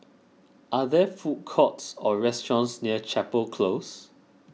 are there food courts or restaurants near Chapel Close